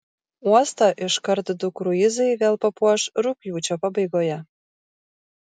uostą iškart du kruizai vėl papuoš rugpjūčio pabaigoje